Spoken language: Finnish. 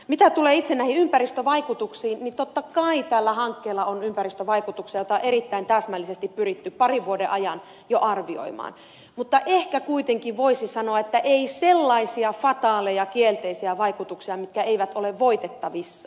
mitä tulee itse näihin ympäristövaikutuksiin niin totta kai tällä hankkeella on ympäristövaikutuksia joita on erittäin täsmällisesti pyritty parin vuoden ajan jo arvioimaan mutta ehkä kuitenkin voisi sanoa että ei sellaisia fataaleja kielteisiä vaikutuksia mitkä eivät ole voitettavissa